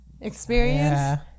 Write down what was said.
Experience